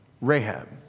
Rahab